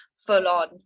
full-on